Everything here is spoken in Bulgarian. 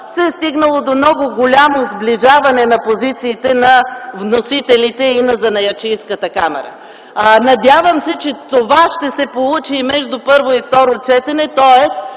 се е стигнало до много голямо сближаване в позициите на вносителите и на Занаятчийската камара. Надявам се, че това ще се получи между първо и второ четене, тоест